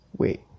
Wait